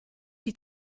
die